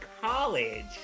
college